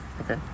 Okay